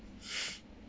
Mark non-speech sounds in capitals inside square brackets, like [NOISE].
[BREATH]